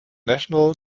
national